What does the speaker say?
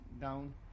down